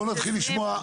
בואו נתחיל לשמוע.